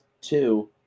Two